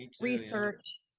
research